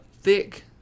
thick